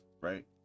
right